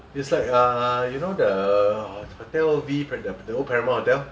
it's like err you know the hotel V the old prima hotel